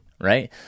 right